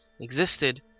existed